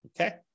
Okay